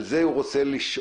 על זה הוא רוצה לשאול,